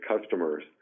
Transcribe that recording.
customers